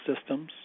systems